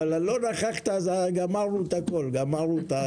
אבל לא נכחת, אז גמרנו את הכול, גמרנו את ההלל.